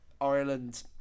Ireland